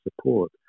support